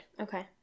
Okay